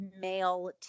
male